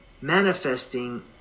manifesting